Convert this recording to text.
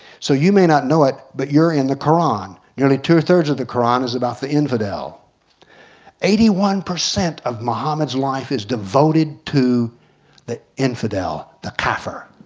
so you may not know it, but you're in the koran. nearly two-thirds are the koran is about the infidel eighty one percent of mohammed's life is devoted to the infidel, the kaffir.